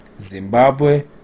Zimbabwe